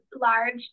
large